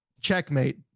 checkmate